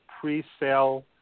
pre-sale